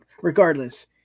regardless